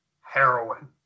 heroin